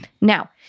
Now